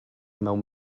mewn